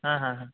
हा हा हा